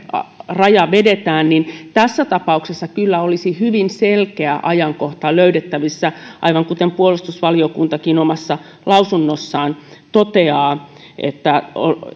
raja vedetään niin tässä tapauksessa kyllä olisi hyvin selkeä ajankohta löydettävissä aivan kuten puolustusvaliokuntakin omassa lausunnossaan toteaa